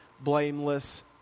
blameless